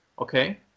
Okay